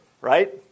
right